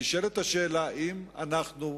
נשאלת השאלה אם אנחנו,